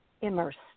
immersed